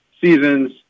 seasons